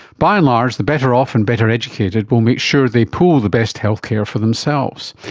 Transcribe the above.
by and large, the better off and better educated will make sure they pull the best healthcare for themselves.